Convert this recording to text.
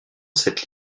cette